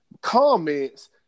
comments